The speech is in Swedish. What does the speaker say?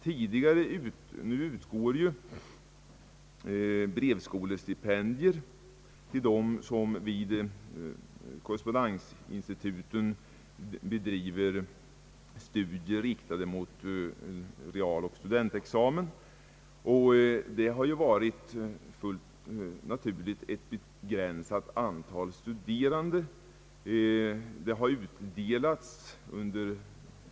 Nu utgår brevskolestipendier till dem som vid korrespondensinstituten bedriver studier riktade mot realoch studentexamen. Fullt naturligt har antalet sådana studerande varit begränsat.